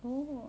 oh